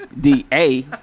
d-a